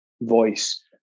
voice